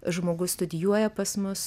žmogus studijuoja pas mus